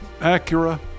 Acura